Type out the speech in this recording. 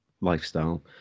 lifestyle